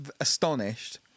astonished